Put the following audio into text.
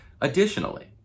Additionally